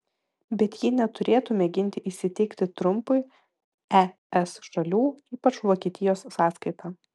bet ji neturėtų mėginti įsiteikti trumpui es šalių ypač vokietijos sąskaita